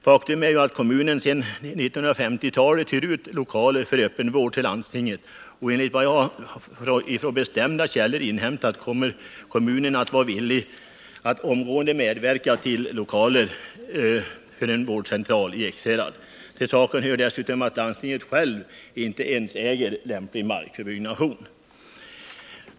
Faktum är att kommunen sedan 1950-talet hyrt ut lokaler för öppenvård till landstinget, och enligt vad jag från säkra källor inhämtat kommer kommunen att vara villig att omgående medverka till lokaler för en vårdcentral i Ekshärad. Till saken hör att landstinget självt inte ens äger lämplig mark för byggnation.